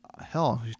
Hell